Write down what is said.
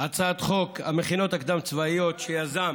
הצעת חוק המכינות הקדם-צבאיות, שיזם